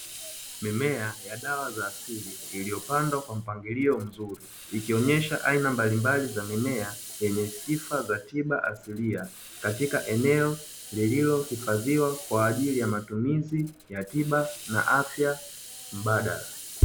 Mimea ya dawa za asili iliyopandwa kwa mpangilio mzuri, ikionyesha aina mbalimbali za mimea yenye sifa za tiba asilia, katika eneo lililohifadhiwa kwa ajili ya matumizi ya tiba na afya mbadala.